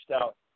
out